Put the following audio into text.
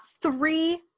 three